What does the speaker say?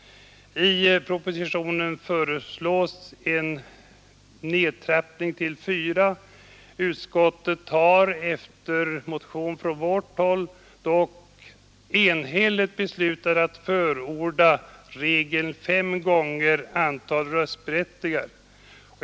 I propositionen föreslås en nedskärning till fyra. Utskottet har efter motion från vårt håll dock enhälligt beslutat att förorda en regel som säger att det antal valsedlar partierna skall få skall uppgå till fem gånger antalet röstberättigade.